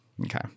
okay